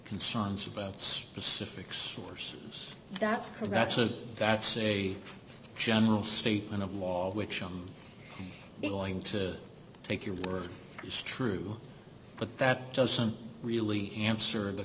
concerns about specific stores that's correction that's a general statement of law which i'm going to take your word is true but that doesn't really answer the